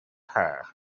her